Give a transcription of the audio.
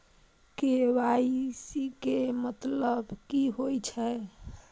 KYC के मतलब की होई छै?